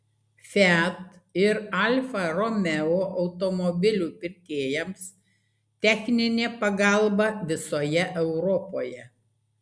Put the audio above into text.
fiat ir alfa romeo automobilių pirkėjams techninė pagalba visoje europoje